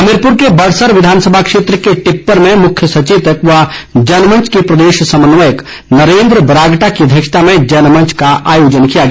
हमीरपुर के बड़सर विधानसभा क्षेत्र के टिप्पर में मुख्य सचेतक व जनमंच के प्रदेश समन्वयक नरेन्द्र बरागटा की अध्यक्षता में जनमंच का आयोजन किया गया